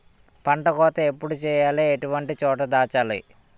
పంట కోత ఎప్పుడు చేయాలి? ఎటువంటి చోట దాచాలి?